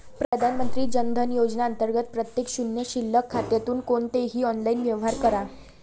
प्रधानमंत्री जन धन योजना अंतर्गत प्रत्येक शून्य शिल्लक खात्यातून कोणतेही ऑनलाइन व्यवहार करा